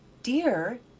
dear,